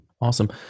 awesome